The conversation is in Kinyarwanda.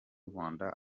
rwanda